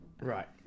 right